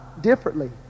differently